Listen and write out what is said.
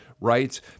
rights